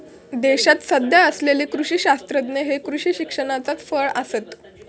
देशात सध्या असलेले कृषी शास्त्रज्ञ हे कृषी शिक्षणाचाच फळ आसत